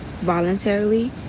voluntarily